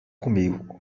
comigo